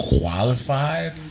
qualified